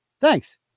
thanks